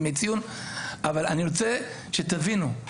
אבל אני רוצה שתבינו.